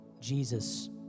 Jesus